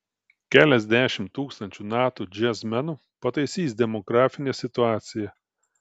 keliasdešimt tūkstančių nato džiazmenų pataisys demografinę situaciją